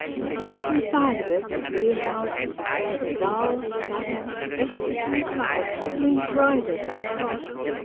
on every side of it the beer-houses, full of a dulled, savage ecstasy of life, gleamed brighter than the shops.